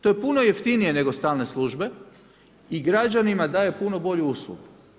To je puno jeftinije nego stalne službe i građanima daje puno bolju uslugu.